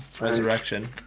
Resurrection